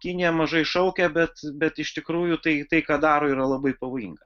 kinija mažai šaukia bet bet iš tikrųjų tai tai ką daro yra labai pavojinga